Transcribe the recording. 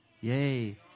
Yay